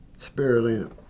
spirulina